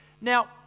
Now